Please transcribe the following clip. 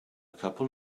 couple